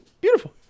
Beautiful